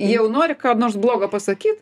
jau nori ką nors blogo pasakyt